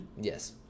Yes